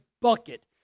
bucket